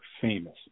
famous